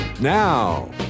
Now